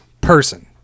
person